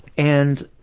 and